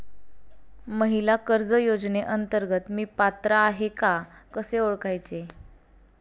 महिला कर्ज योजनेअंतर्गत मी पात्र आहे का कसे ओळखायचे?